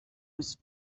was